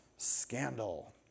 Scandal